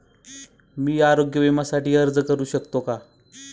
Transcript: मी आरोग्य विम्यासाठी अर्ज करू शकतो का?